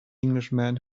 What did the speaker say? englishman